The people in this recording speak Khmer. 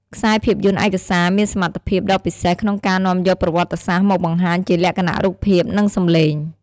ខ្សែភាពយន្តឯកសារមានសមត្ថភាពដ៏ពិសេសក្នុងការនាំយកប្រវត្តិសាស្ត្រមកបង្ហាញជាលក្ខណៈរូបភាព និងសម្លេង។